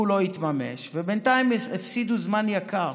הוא לא התממש, ובינתיים הפסידו זמן יקר.